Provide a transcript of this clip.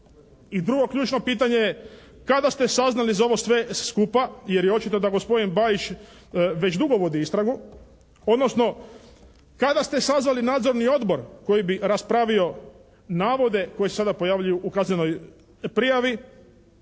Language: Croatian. I vrlo ključno pitanje je, kada ste saznali za ovo sve skupa jer je očito da gospodin Bajić već dugo vodi istragu, odnosno kada ste sazvali Nadzorni odbor koji bi raspravio navode koji se sada pojavljuju u kaznenoj prijavi